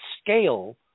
scale